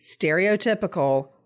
stereotypical